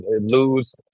lose